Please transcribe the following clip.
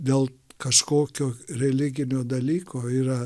dėl kažkokio religinio dalyko yra